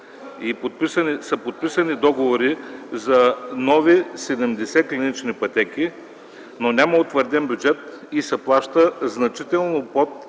са подписани договори за нови 70 клинични пътеки, но няма утвърден бюджет и се плаща значително под